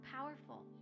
powerful